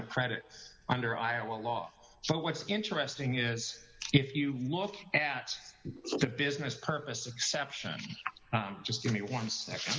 of credit under iowa law so what's interesting is if you look at the business purpose exception just give me one second